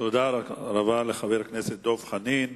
תודה רבה לחבר הכנסת דב חנין.